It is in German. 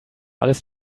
alles